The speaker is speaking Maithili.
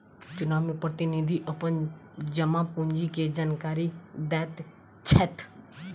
चुनाव में प्रतिनिधि अपन जमा पूंजी के जानकारी दैत छैथ